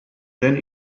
ten